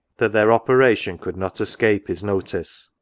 that their operation could not escape his notice,